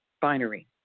binary